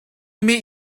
meet